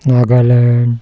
Nagaland